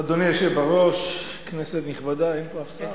אדוני היושב בראש, כנסת נכבדה, אין פה אף אחד?